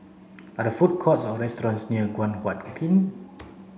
are the food courts or restaurants near Guan Huat Kiln